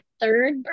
third